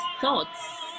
thoughts